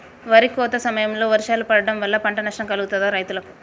వరి కోత సమయంలో వర్షాలు పడటం వల్ల పంట నష్టం కలుగుతదా రైతులకు?